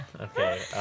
Okay